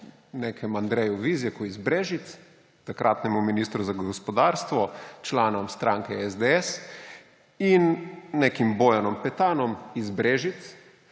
Andreju Vizjaku iz Brežic, takratnemu ministru za gospodarstvu, članu stranke SDS, in nekim Bojanom Petanom iz Brežic,